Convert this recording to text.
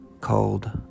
called